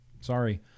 sorry